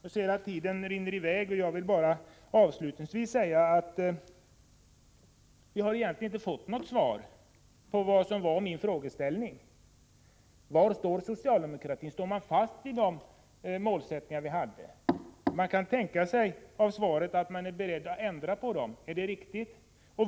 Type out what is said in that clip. Jag ser att tiden rinner i väg, och jag vill bara avslutningsvis säga att jag egentligen inte har fått något svar på min fråga. Var står socialdemokratin? Står man fast vid de målsättningar man hade? Man kan tänka sig att svaret betyder att socialdemokraterna är beredda att ändra på dem. Är det riktigt?